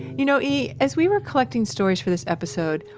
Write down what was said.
you know, e, as we were collecting stories for this episode,